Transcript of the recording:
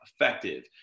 effective